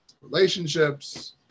relationships